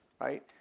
right